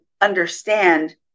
understand